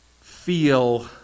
feel